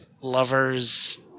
Lovers